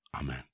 Amen